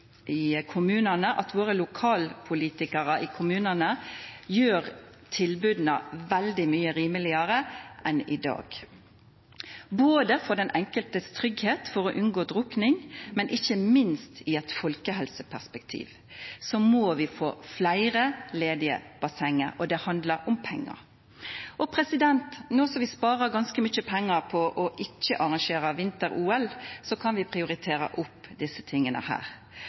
kommunene gjør tilbudene veldig mye rimeligere enn i dag for våre innbyggere. Både for den enkeltes trygghet, for å unngå drukning og ikke minst i et folkehelseperspektiv må vi få flere ledige bassenger – og det handler om penger. Nå som vi sparer ganske mye penger på å ikke arrangere vinter-OL, kan vi prioritere opp